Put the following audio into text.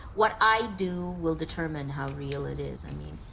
what i do will determine how real it is. i mean,